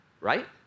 Right